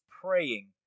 praying